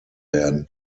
werden